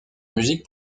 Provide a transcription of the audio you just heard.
musique